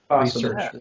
Research